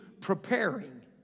preparing